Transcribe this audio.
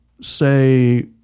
say